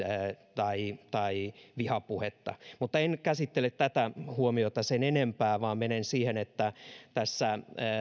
tai tai vihapuhetta mutta en käsittele tätä huomiota sen enempää vaan menen siihen että tässä